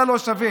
אתה לא שווה.